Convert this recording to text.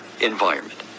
environment